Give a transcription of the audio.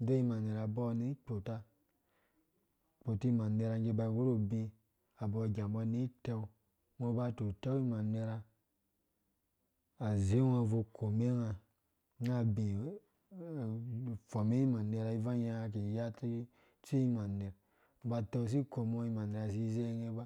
adoi imander abɔɔ ni ikpota, akpoti imander ngge iba iwuri ubii, abɔɔ igambɔ ni iteu, unga uba ututɛu imandara, aze ungo ubvui akome unga na abi afome imandera ni ivang yɛ unga ki itsu imader ungo uba utɛusi ikɔmmɔ imander si izengye ba